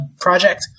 project